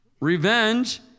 revenge